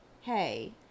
hey